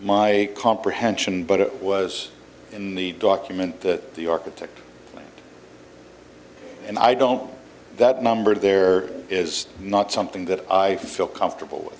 my comprehension but it was in the document that the architect and i don't that number there is not something that i feel comfortable with